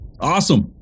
Awesome